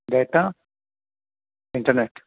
data internet